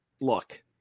Look